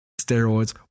steroids